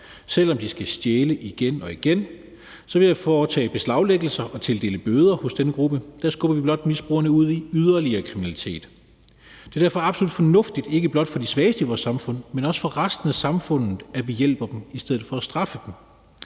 selv om de skal stjæle igen og igen, så ved at foretage beslaglæggelser og tildele bøder i denne gruppe skubber vi blot misbrugerne ud i yderligere kriminalitet. Det er derfor absolut fornuftigt, ikke blot for de svageste i vores samfund, men også for resten af samfundet, at vi hjælper dem i stedet for at straffe dem.